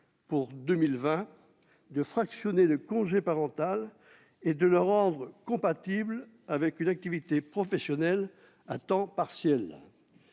pour 2020 de fractionner le congé de présence parentale et de le rendre compatible avec une activité professionnelle à temps partiel.